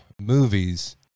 movies